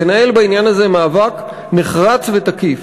תנהל בעניין הזה מאבק נחרץ ותקיף,